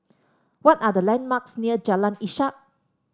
what are the landmarks near Jalan Ishak